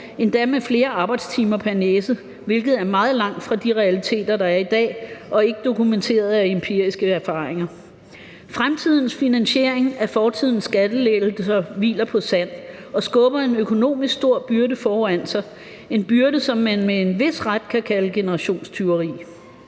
endda med flere arbejdstimer pr. næse, hvilket er meget langt fra de realiteter, der er i dag, og ikke dokumenteret af empiriske erfaringer. Fremtidens finansiering af fortidens skattelettelser hviler på sand og skubber en økonomisk stor byrde foran sig, en byrde, som man med en vis ret kan kalde generationstyveri.